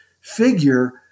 figure